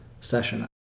session